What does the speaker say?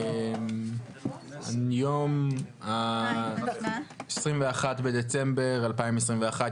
היום 21 בדצמבר 2021,